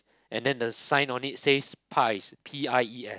and then the sign on it says pies P_I_E_S